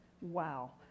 Wow